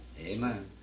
Amen